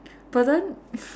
but then